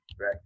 Right